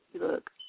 look